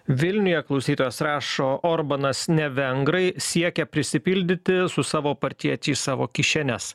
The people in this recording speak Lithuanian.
vilniuje klausytojas rašo orbanas ne vengrai siekia prisipildyti su savo partiečiais savo kišenes